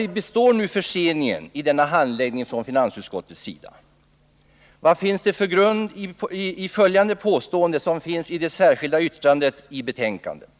Vari består nu förseningen i denna behandling från finansutskottets sida? Vad finns det för grund för följande påstående, som finns i det särskilda yttrandet till betänkandet?